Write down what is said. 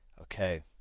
Okay